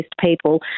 people